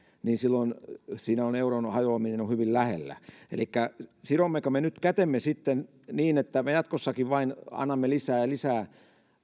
niin silloin siinä on euron hajoaminen hyvin lähellä elikkä sidommeko me nyt kätemme sitten niin että me jatkossakin vain annamme lisää ja lisää